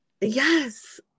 yes